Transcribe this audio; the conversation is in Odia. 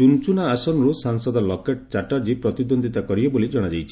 ଚୁନ୍ଚୁନା ଆସନରୁ ସାଂସଦ ଲକେଟ ଚାଟାର୍ଜୀ ପ୍ରତିଦ୍ୱନ୍ଦ୍ୱିତା କରିବେ ବୋଲି ଜଣାଯାଇଛି